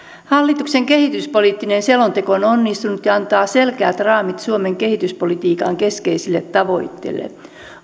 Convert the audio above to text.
hallituksen kehityspoliittinen selonteko on onnistunut ja antaa selkeät raamit suomen kehityspolitiikan keskeisille tavoitteille